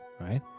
right